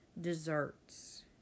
desserts